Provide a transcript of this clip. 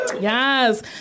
Yes